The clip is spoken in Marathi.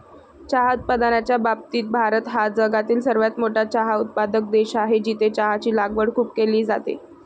चहा उत्पादनाच्या बाबतीत भारत हा जगातील सर्वात मोठा चहा उत्पादक देश आहे, जिथे चहाची लागवड खूप केली जाते